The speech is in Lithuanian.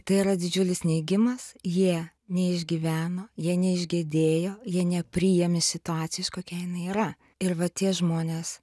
tai yra didžiulis neigimas jie neišgyveno jie neišgedėjo jie nepriėmė situacijos kokia jinai yra ir va tie žmonės